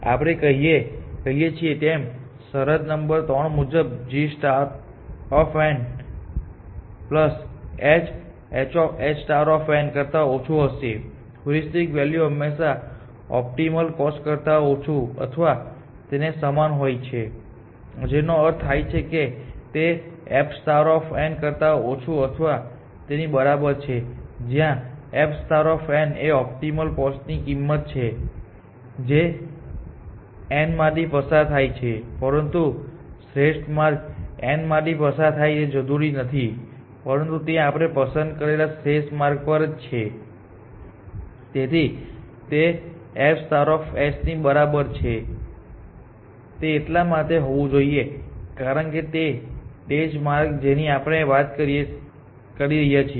આપણે કહીએ છીએ તેમ તે શરત નંબર ૩ મુજબ gnhn કરતા ઓછું હશે હ્યુરિસ્ટિક વૅલ્યુ હંમેશાં ઓપ્ટિમલ કોસ્ટ કરતા ઓછું અથવા તેના સમાન હોય છે જેનો અર્થ થાય છે કે તે fn કરતા ઓછું અથવા તેની બરાબર છે જ્યાં fnએ ઓપ્ટિમલ કોસ્ટ ની કિંમત છે જે n માંથી પસાર થાય છે પરંતુ શ્રેષ્ઠ માર્ગ n માંથી પસાર થાય તે જરૂરી નથી પરંતુ તે આપણે પસંદ કરેલા શ્રેષ્ઠ માર્ગ પર છે તેથી તે f ની બરાબર છે તે એટલા માટે હોવું જોઈએ કારણ કે તે તે જ માર્ગ છે જેની આપણે વાત કરી રહ્યા છીએ